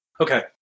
Okay